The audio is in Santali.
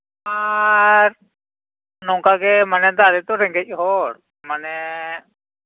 ᱟᱨ ᱱᱚᱝᱠᱟᱜᱮ ᱢᱟᱱᱮ ᱫᱚ ᱟᱞᱮ ᱛᱚ ᱨᱮᱸᱜᱮᱪ ᱦᱚᱲ ᱢᱟᱱᱮ